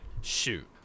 Shoot